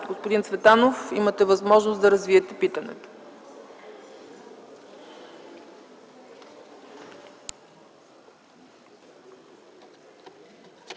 Господин Цветанов, имате възможност да развиете питането.